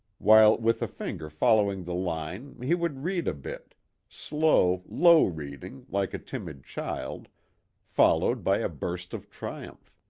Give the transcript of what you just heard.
while with a finger following the line he would read a bit slow, low reading like a timid child followed by a burst of triumph